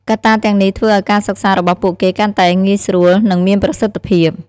កត្តាទាំងនេះធ្វើឱ្យការសិក្សារបស់ពួកគេកាន់តែងាយស្រួល និងមានប្រសិទ្ធភាព។